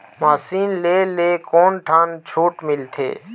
Machine ले ले कोन ठन छूट मिलथे?